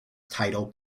title